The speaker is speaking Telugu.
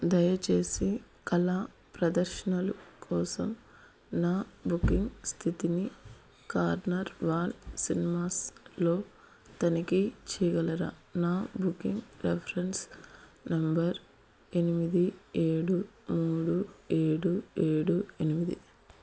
దయచేసి కళా ప్రదర్శనలు కోసం నా బుకింగ్ స్థితిని కార్నర్ వార్ సినిమాస్లో తనిఖీ చేయగలరా నా బుకింగ్ రిఫరెన్స్ నంబర్ ఎనిమిది ఏడు మూడు ఏడు ఏడు ఎనిమిది